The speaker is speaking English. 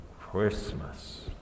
Christmas